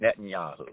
Netanyahu